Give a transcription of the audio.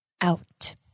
Out